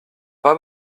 pas